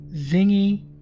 zingy